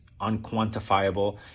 unquantifiable